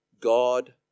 God